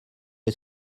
est